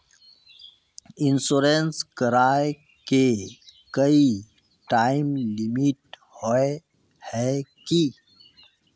Insurance कराए के कोई टाइम लिमिट होय है की?